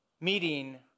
meeting